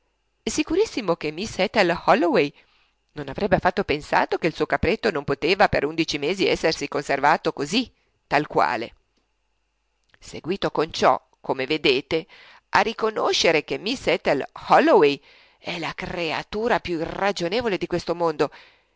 mandato sicurissimo che miss ethel holloway non avrebbe affatto pensato che il suo capretto non poteva per undici mesi essersi conservato così tal quale seguito con ciò come vedete a riconoscere che miss ethel holloway è la creatura più irragionevole di questo mondo